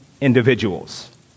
individuals